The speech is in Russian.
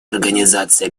организации